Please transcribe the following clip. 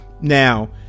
now